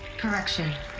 correction.